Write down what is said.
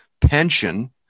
pension